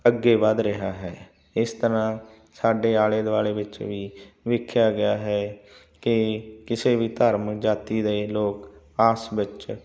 ਅੱਗੇ ਵੱਧ ਰਿਹਾ ਹੈ ਇਸ ਤਰ੍ਹਾਂ ਸਾਡੇ ਆਲੇ ਦੁਆਲੇ ਵਿੱਚ ਵੀ ਵੇਖਿਆ ਗਿਆ ਹੈ ਕਿ ਕਿਸੇ ਵੀ ਧਰਮ ਜਾਤੀ ਦੇ ਲੋਕ ਆਪਸ ਵਿੱਚ